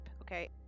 okay